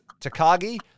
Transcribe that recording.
Takagi